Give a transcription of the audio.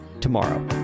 tomorrow